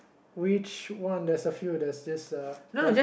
which one does there's a few there's this uh